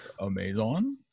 Amazon